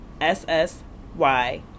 S-S-Y